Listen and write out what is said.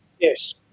Yes